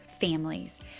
families